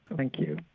thank you.